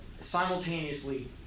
simultaneously